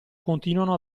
continuano